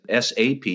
SAP